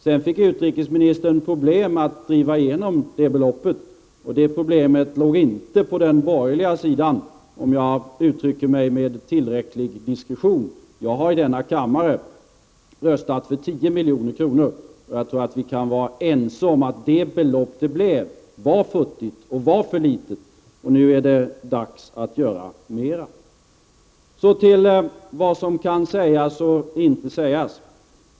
Sedan fick utrikesministern problem med att driva igenom det beloppet. Det problemet låg inte på den borgerliga sidan, om jag uttrycker mig med tillräckligt diskretion. Jag har i denna kammare röstat för 10 milj.kr. Jag tror att vi kan vara ense om att det faktiska beloppet blev för futtigt och för litet. Nu är det dags att komma med ett större belopp. Så till vad som kan sägas och inte sägas.